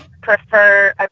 prefer